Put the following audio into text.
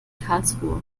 karlsruhe